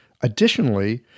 Additionally